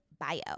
bio